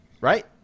right